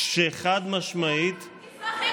איך שיפרו?